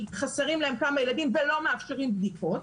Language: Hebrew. חסרים להם כמה ילדים ולא מאפשרים בדיקות,